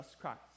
Christ